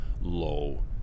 low